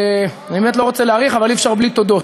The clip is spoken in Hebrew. אני באמת לא רוצה להאריך, אבל אי-אפשר בלי תודות.